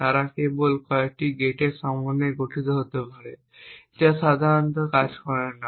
তারা কেবল কয়েকটি গেটের সমন্বয়ে গঠিত হতে পারে যা সাধারণত কাজ করে না